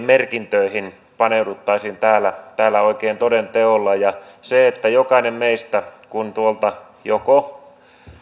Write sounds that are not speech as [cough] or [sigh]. [unintelligible] merkintöihin paneuduttaisiin täällä täällä oikein toden teolla niin että kun jokainen meistä tuolta